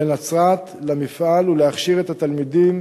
בנצרת למפעל ולהכשיר את התלמידים